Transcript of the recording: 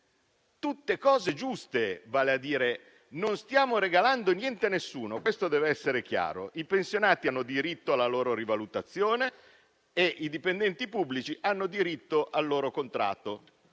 tutte misure giuste; non stiamo regalando niente a nessuno, questo dev'essere chiaro. I pensionati hanno diritto alla loro rivalutazione e i dipendenti pubblici hanno diritto al loro contratto,